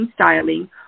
styling